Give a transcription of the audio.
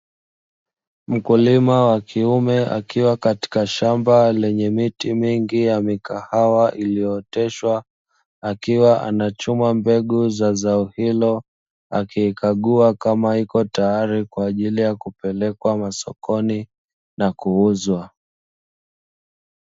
Mkulima wa kiume akiwa katika shamba lenye miti mingi ya mikahawa iliyooteshwa, akiwa anachuma mbegu za zao hilo, akiikagua kama iko tayari kwa ajili ya kupelekwa masokoni na kuuzwa.